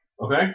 Okay